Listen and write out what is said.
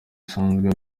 isanzwe